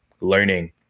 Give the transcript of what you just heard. learning